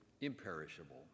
imperishable